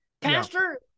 pastor